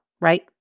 right